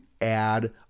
add